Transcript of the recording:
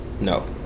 No